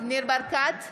ניר ברקת,